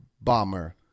bomber